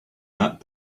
that